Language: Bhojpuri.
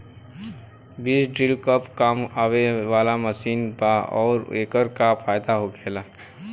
बीज ड्रील कब काम आवे वाला मशीन बा आऊर एकर का फायदा होखेला?